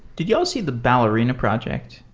did you see the ballerina project?